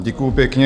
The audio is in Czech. Děkuju pěkně.